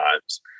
times